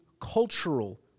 cultural